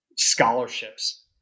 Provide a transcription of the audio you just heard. scholarships